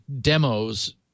demos